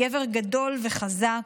גבר גדול וחזק.